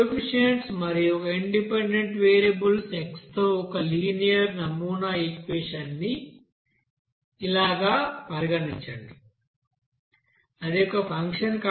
coefficients మరియు ఒక independent variable x తో ఒక లినియర్ నమూనా ఈక్వెషన్ ని గా పరిగణించండి అది ఒక ఫంక్షన్